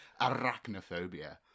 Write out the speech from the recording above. Arachnophobia